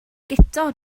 guto